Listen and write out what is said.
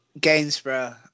Gainsborough